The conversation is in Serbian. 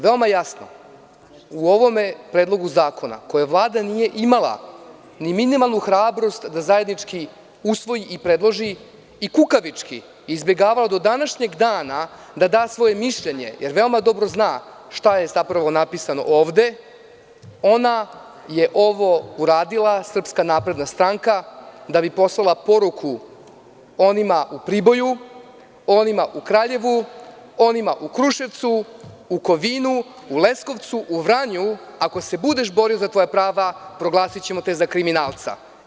Veoma jasno u ovom predlogu zakona, koji Vlada nije imala ni minimalnu hrabrost da zajednički usvoji i predloži i kukavički izbegavala do današnjeg dana da da svoje mišljenje jer veoma dobro zna šta je zapravo napisano ovde, ona je ovo uradila, SNS, da bi poslala poruku onima u Priboju, onima u Kraljevu, onima u Kruševcu, u Kovinu, u Leskovcu, u Vranju – ako se budeš borio za tvoja prava, proglasićemo te za kriminalca.